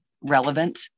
relevant